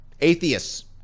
Atheists